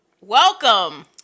Welcome